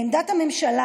לעמדת הממשלה,